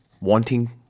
wanting